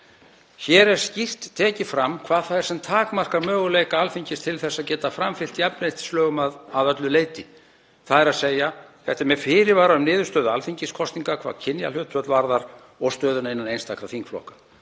Hér er skýrt tekið fram hvað það er sem takmarkar möguleika Alþingis til að geta framfylgt jafnréttislögum að öllu leyti, þ.e. með fyrirvara um niðurstöðu alþingiskosninga hvað kynjahlutföll varðar og stöðuna innan einstakra þingflokka.